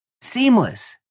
seamless